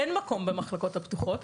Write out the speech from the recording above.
אין מקום במחלקות הפתוחות,